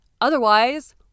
Otherwise